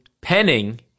Penning